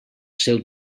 seu